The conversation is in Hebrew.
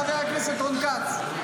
חבר הכנסת רון כץ,